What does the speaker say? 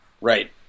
right